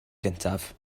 gyntaf